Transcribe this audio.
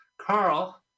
Carl